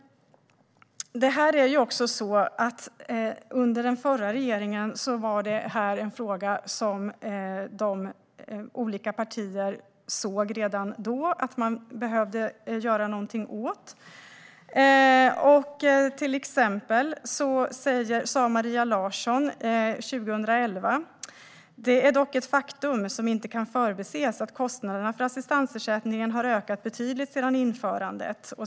Redan under den förra regeringen var detta en fråga som olika partier såg att man behövde göra något åt. Till exempel sa Maria Larsson 2011: "Det är dock ett faktum - som inte kan förbises - att kostnaderna för assistansersättningen har ökat betydligt sedan införandet."